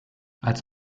als